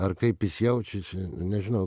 ar kaip jis jaučiasi nežinau